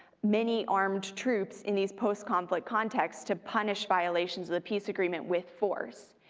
many armed troops, in these post-conflict contexts to punish violations of the peace agreement with force.